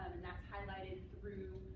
and that's highlighted through